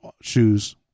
shoes